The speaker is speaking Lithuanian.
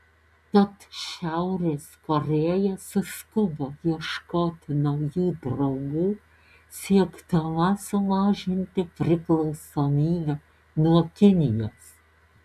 tad šiaurės korėja suskubo ieškoti naujų draugų siekdama sumažinti priklausomybę nuo kinijos